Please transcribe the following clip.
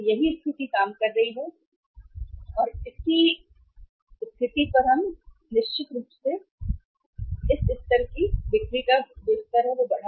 यही स्थिति काम कर रही थी कि अगर ऐसा होता है तो निश्चित रूप से हम ऐसा करने जा रहे हैं इस स्तर पर बिक्री का स्तर बढ़ा